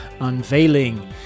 unveiling